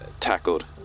Tackled